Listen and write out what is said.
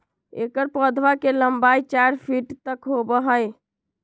एकर पौधवा के लंबाई चार फीट तक होबा हई